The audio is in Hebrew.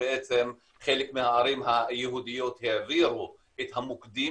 חלק מהערים היהודיות העבירו את המוקדים